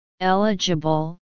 eligible